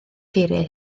geiriau